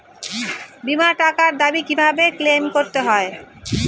বিমার টাকার দাবি কিভাবে ক্লেইম করতে হয়?